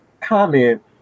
comment